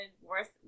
Worth